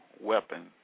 weapon